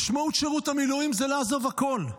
משמעות שירות המילואים זה לעזוב הכול,